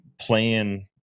playing